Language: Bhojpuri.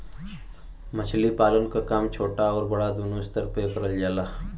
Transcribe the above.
मछली पालन क काम छोटा आउर बड़ा दूनो स्तर पे करल जाला